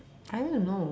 I don't know